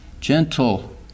gentle